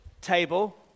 table